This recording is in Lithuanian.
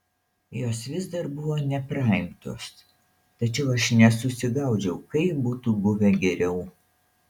jos vis dar buvo nepraimtos tačiau aš nesusigaudžiau kaip būtų buvę geriau